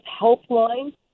helpline